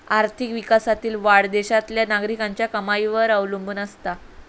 आर्थिक विकासातील वाढ देशातल्या नागरिकांच्या कमाईवर अवलंबून असता